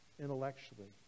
intellectually